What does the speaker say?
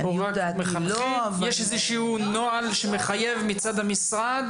יש איזשהו נוהל שמחייב מצד המשרד?